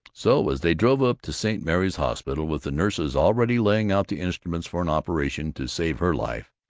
so, as they drove up to st. mary's hospital, with the nurses already laying out the instruments for an operation to save her life,